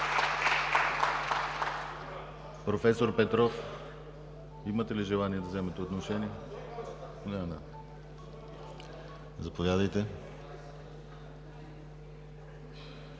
Професор Петров, имате ли желание да вземете думата? Заповядайте